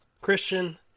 Christian